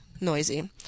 noisy